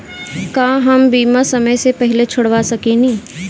का हम बीमा समय से पहले छोड़वा सकेनी?